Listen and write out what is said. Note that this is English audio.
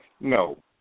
No